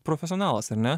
profesionalas ar ne